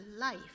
life